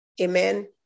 amen